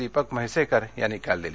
दीपक म्हैसेकर यांनी काल दिली